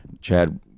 Chad